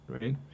Right